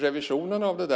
Revisionen